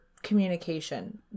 Communication